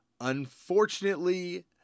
unfortunately